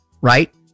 right